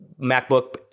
MacBook –